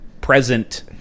present